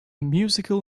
musical